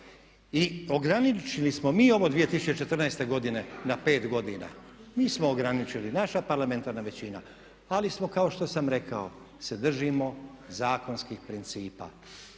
I ograničili smo mi ovo 2014. godine na 5 godina, mi smo ograničili, naša parlamentarna većina ali smo kao što sam rekao i držimo se zakonskih principa